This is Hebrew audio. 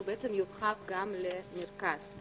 שיורחב גם למרכז,